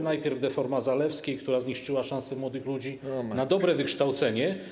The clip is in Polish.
Najpierw deforma Zalewskiej, która zniszczyła szansę młodych ludzi na dobre wykształcenie.